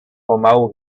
pomału